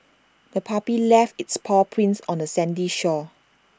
the puppy left its paw prints on the sandy shore